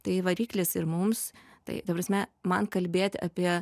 tai variklis ir mums tai ta prasme man kalbėti apie